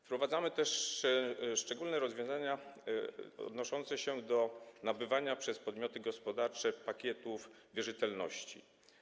Wprowadzamy też szczególne rozwiązania odnoszące się do nabywania przez podmioty gospodarcze pakietów wierzytelności.